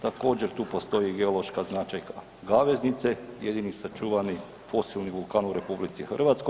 Također tu postoji geološka značajka Gaveznice, jedini sačuvani fosilni vulkan u RH.